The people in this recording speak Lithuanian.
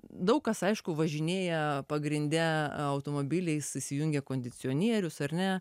daug kas aišku važinėja pagrinde automobiliais įsijungia kondicionierius ar ne